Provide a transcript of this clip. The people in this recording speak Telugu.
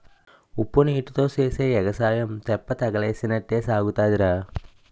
ఉప్పునీటీతో సేసే ఎగసాయం తెప్పతగలేసినట్టే సాగుతాదిరా